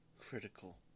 critical